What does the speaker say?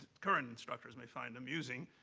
current instructors may find amusing,